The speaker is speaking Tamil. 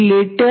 9322